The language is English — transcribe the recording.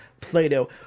Play-Doh